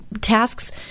tasks